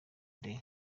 day